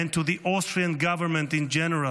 and to the Austrian government in general.